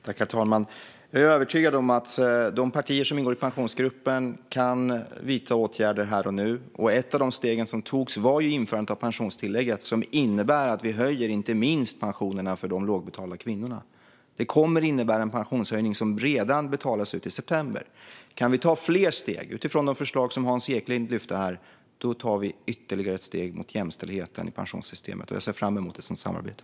Herr talman! Jag är övertygad om att de partier som ingår i Pensionsgruppen kan vidta åtgärder här och nu. Ett av de steg som tagits är införandet av pensionstillägget, som innebär att vi höjer pensionerna inte minst för de lågbetalda kvinnorna. Detta kommer att innebära en pensionshöjning som betalas ut redan i september. Kan vi ta fler steg, utifrån de förslag som Hans Eklind lyfte här, tar vi ytterligare ett steg mot jämställdhet i pensionssystemet. Jag ser fram emot ett sådant samarbete.